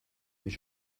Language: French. mais